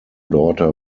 daughter